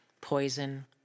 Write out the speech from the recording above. Poison